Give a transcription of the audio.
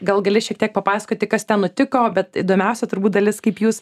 gal gali šiek tiek papasakoti kas ten nutiko bet įdomiausia turbūt dalis kaip jūs